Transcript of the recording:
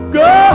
go